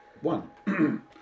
one